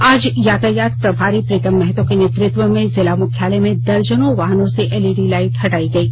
आज यातायात प्रभारी प्रीतम महतो के नेतृत्व में जिला मुख्यालय में दर्जनो वाहनों से एलईडी लाईट हटायी गयी